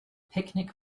picnic